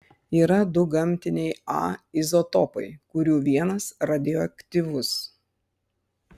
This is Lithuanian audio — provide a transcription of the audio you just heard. yra du gamtiniai a izotopai kurių vienas radioaktyvus